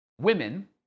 women